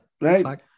Right